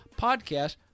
podcast